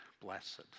blessed